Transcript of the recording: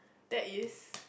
that is